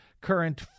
current